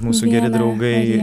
mūsų geri draugai